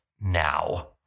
now